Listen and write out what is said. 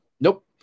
Nope